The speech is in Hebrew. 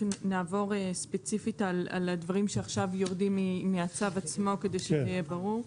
רק נעבור ספציפית על הדברים שעכשיו יורדים מהצו עצמו כדי שיהיה ברור.